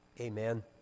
Amen